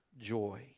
joy